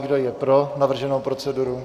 Kdo je pro navrženou proceduru?